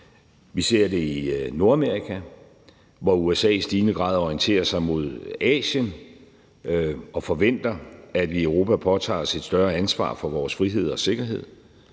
vi ser det i Nordamerika, hvor USA i stigende grad orienterer sig mod Asien og forventer, at vi i Europa påtager os et større ansvar for vores frihed og sikkerhed,